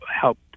help